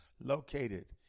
Located